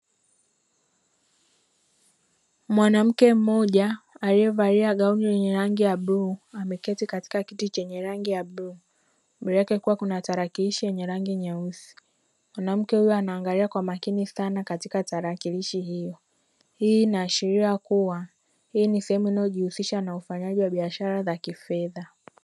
Mwanamke mmoja aliyevalia gauni lenye rangi ya bluu, ameketi katika kiti chenye rangi ya bluu. Mbele yake kukiwa na tarakilishi yenye rangi nyeusi. Mwanamke huyu anaangalia kwa makini sana katika tarakilishi hiyo, hii inaashiria kuwa hii ni sehemu inayojihusisha na ufanyaji wa biashara za kifedha.